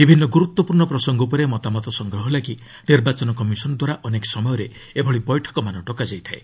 ବିଭିନ୍ନ ଗୁରୁତ୍ୱପୂର୍ଣ୍ଣ ପ୍ରସଙ୍ଗ ଉପରେ ମତାମତ ସଂଗ୍ରହ ଲାଗି ନିର୍ବାଚନ କମିଶନ ଦ୍ୱାରା ଅନେକ ସମୟରେ ଏଭଳି ବୈଠକମାନ ଡକାଯାଇଥାଏ